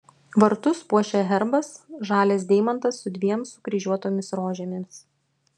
vartus puošia herbas žalias deimantas su dviem sukryžiuotomis rožėmis